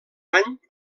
any